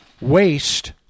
waste